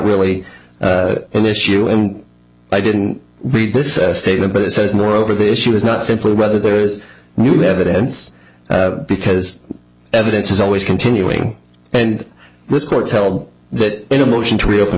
really an issue and i didn't read this statement but it said moreover the issue is not simply whether there is new evidence because evidence is always continuing and this court held that in a motion to reopen